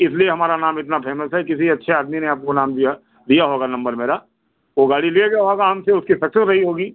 इसलिए हमारा नाम इतना फेमस है किसी अच्छे आदमी ने आपको नाम दिया दिया होगा नम्बर मेरा वह गाड़ी ले गया होगा हमसे उसकी सक्सेस रही होगी